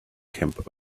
camp